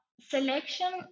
selection